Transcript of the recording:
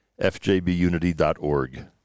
fjbunity.org